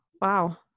wow